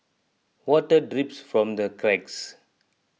water drips from the cracks